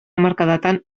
hamarkadatan